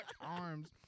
arms